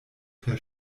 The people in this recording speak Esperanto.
per